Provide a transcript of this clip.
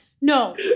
no